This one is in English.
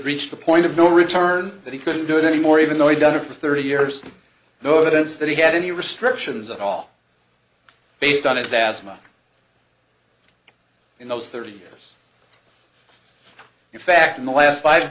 reached a point of no return that he couldn't do it anymore even though he'd done it for thirty years no evidence that he had any restrictions at all based on a sas much in those thirty years in fact in the last five